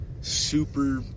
super